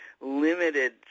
limited